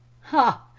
ha!